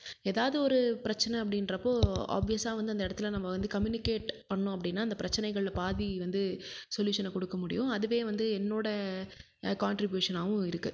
எதாவது ஒரு பிரச்சனை அப்படின்றப்போ அப்வியஸா வந்து அந்த இடத்துல நம்ப வந்து கம்யூனிகேட் பண்ணோம் அப்படின்னா அந்த பிரச்சனைகளில் பாதி வந்து சொல்யூஷனை கொடுக்க முடியும் அதுவே வந்து என்னோட காண்ட்ரிபியூஷன்னாகவும் இருக்கு